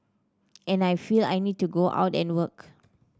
and I feel I need to go out and work